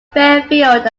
fairfield